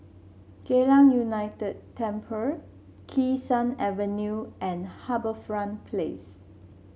Geylang United Temple Kee Sun Avenue and HarbourFront Place